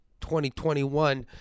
2021